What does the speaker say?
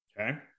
Okay